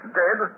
dead